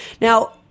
Now